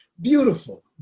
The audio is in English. Beautiful